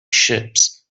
ships